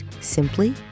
simply